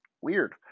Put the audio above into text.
Weird